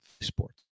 sports